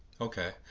Okay